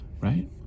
right